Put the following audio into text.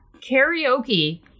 karaoke